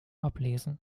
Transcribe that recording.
ablesen